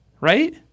Right